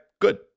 Good